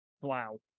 Wow